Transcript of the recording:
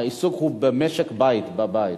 העיסוק הוא במשק בית, בבית.